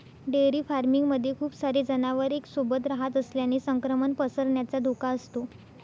dairy farming मध्ये खूप सारे जनावर एक सोबत रहात असल्याने संक्रमण पसरण्याचा धोका असतो